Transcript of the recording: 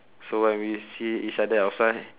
so when we see each other outside